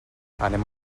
anem